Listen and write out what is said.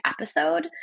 episode